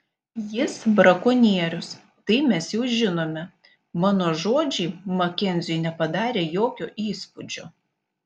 jis brakonierius tai mes jau žinome mano žodžiai makenziui nepadarė jokio įspūdžio